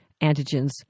antigens